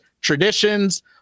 traditions